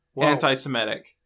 anti-Semitic